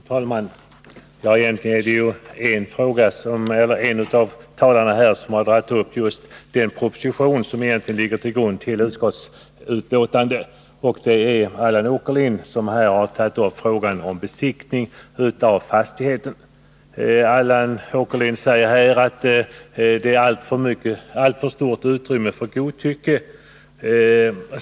Fru talman! Egentligen har endast en av talarna här berört just den proposition som ligger till grund för utskottets betänkande. Det är Allan Åkerlind, som har tagit upp frågan om besiktning av fastigheter. Han säger att det finns alltför stort utrymme för godtycke.